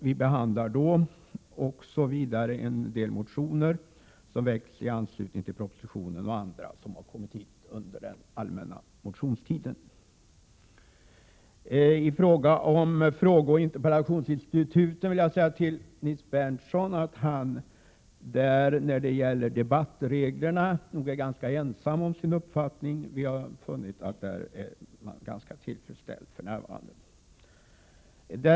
Vi behandlar vidare en del motioner som väckts i anslutning till propositionen och under den allmänna motionstiden. I fråga om frågeoch interpellationsinstituten vill jag säga till Nils Berndtson att han när det gäller debattreglerna nog är ganska ensam om sin uppfattning. Vi har funnit att man i detta avseende är ganska tillfredsställd för närvarande.